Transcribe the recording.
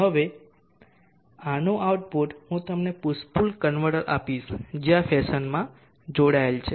હવે આનું આઉટપુટ હું તમને પુશ પુલ કન્વર્ટર આપીશ જે આ ફેશનમાં જોડાયેલ છે